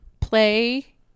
play